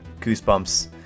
Goosebumps